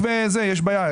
הייתה שם בעיה.